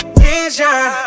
vision